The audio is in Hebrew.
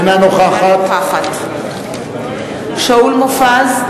אינה נוכחת שאול מופז,